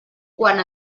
quan